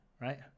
right